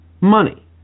money